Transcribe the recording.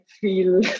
feel